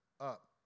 up